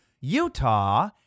Utah